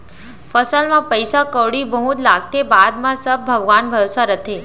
फसल म पइसा कउड़ी बहुत लागथे, बाद म सब भगवान भरोसा रथे